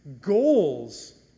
goals